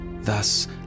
Thus